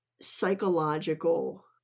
psychological